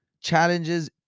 challenges